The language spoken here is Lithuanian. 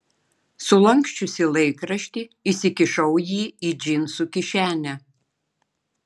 sulanksčiusi laikraštį įsikišau jį į džinsų kišenę